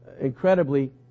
incredibly